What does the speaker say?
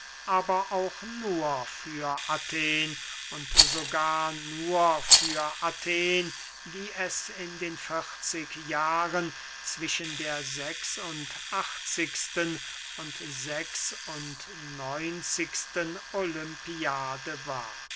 aber auch nur für athen und sogar nur für athen wie es in den vierzig jahren zwischen der sechs und achtzigsten und sechs und neunzigsten olympiade war